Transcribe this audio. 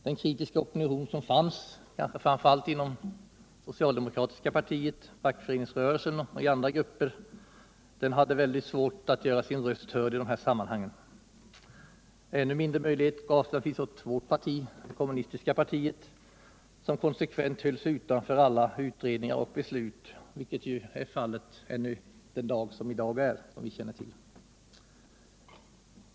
Den kritiska opinion som fanns, kanske framför allt inom det socialdemokratiska partiet, inom fack föreningsrörelsen och andra grupper, hade mycket svårt att göra sig hörd i detta sammanhang. Ännu mindre möjlighet gavs det naturligtvis åt vårt parti, kommunistiska partiet, som konsekvent hölls utanför alla utredningar och beslut, vilket är fallet ännu den dag som i dag är, som vi känner till.